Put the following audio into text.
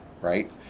right